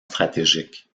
stratégique